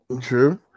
True